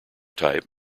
type